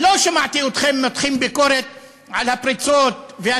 לא שמעתי אתכם מותחים ביקורת על הפריצות ועל